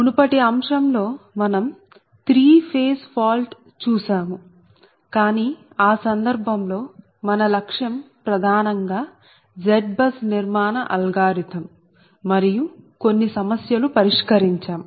మునుపటి అంశంలో మనం 3 ఫేజ్ ఫాల్ట్ చూసాముకానీ ఆ సందర్భంలో మన లక్ష్యం ప్రధానంగా ZBUS నిర్మాణ అల్గోరిథం మరియు కొన్ని సమస్యలు పరిష్కరించాం